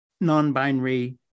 non-binary